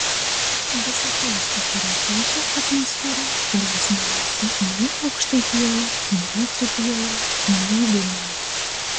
visa tai sukuria tokią atmosferą kurios nerasi nei aukštaitijoje nei dzūkijoje nei vilniuje